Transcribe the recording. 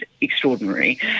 extraordinary